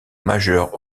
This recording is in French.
majeures